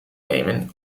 nemen